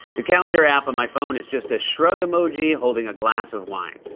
the calendar app on my phone is just a shrug emoji holding a glass of wine.